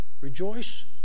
Rejoice